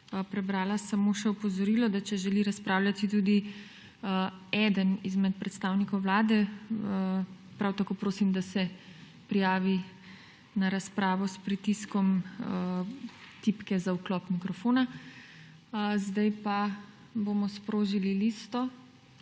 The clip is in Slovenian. prebrala samo še opozorilo, da če želi razpravljati tudi eden izmed predstavnikov Vlade, prav tako prosim, da se prijavi na razpravo s pritiskom tipke za vklop mikrofona. Sedaj pa bomo sprožili listo.